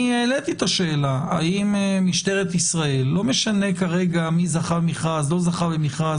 אני העליתי את השאלה לא משנה כרגע מי זכה במכרז או לא זכה במכרז,